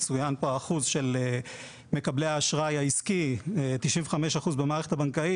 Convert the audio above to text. צוין פה האחוז של מקבלי האשראי העסקי; 95% במערכת הבנקאית.